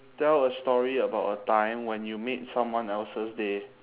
tell a story about a time when you made someone else's day